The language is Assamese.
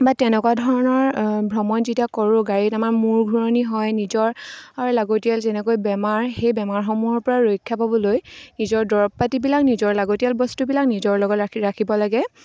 বা তেনেকুৱা ধৰণৰ ভ্ৰমণ যেতিয়া কৰোঁ গাড়ীত আমাৰ মূৰ ঘূৰণি হয় নিজৰ লাগতিয়াল যেনেকৈ বেমাৰ সেই বেমাৰসমূহৰ পৰা ৰক্ষা পাবলৈ নিজৰ দৰৱ পাতিবিলাক নিজৰ লাগতিয়াল বস্তুবিলাক নিজৰ লগত ৰাখি ৰাখিব লাগে